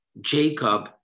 Jacob